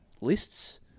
lists